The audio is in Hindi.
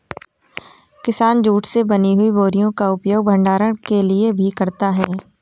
किसान जूट से बनी हुई बोरियों का प्रयोग भंडारण के लिए भी करता है